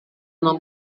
non